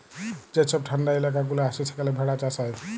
যে ছব ঠাল্ডা ইলাকা গুলা আছে সেখালে ভেড়া চাষ হ্যয়